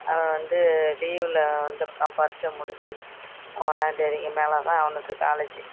அவன் வந்து லீவில் வந்திருக்கான் பரீட்சை முடிஞ்சு அவன் ஒன்றாந் தேதிக்கு மேலேதான் அவனுக்கு காலேஜி